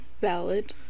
valid